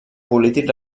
polític